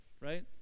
right